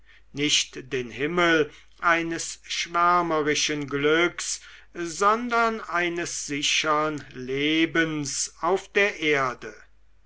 nicht den himmel eines schwärmerischen glücks sondern eines sichern lebens auf der erde